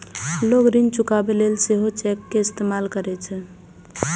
लोग ऋण चुकाबै लेल सेहो चेक के इस्तेमाल करै छै